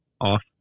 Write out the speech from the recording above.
off